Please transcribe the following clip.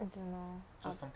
I don't know I'll